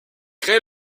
créé